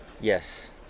yes